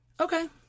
okay